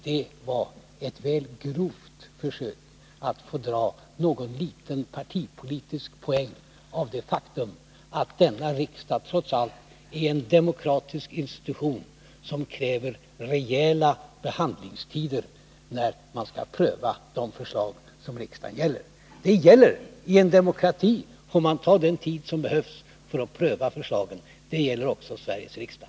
Det var ett väl grovt försök att göra en liten partipolitisk poäng av det faktum att denna riksdag trots allt är en demokratisk institution som kräver rejäla behandlingstider för prövning av de förslag som det gäller. I en demokrati får man ta den tid som behövs för att pröva förslagen. Det gäller också Sveriges riksdag.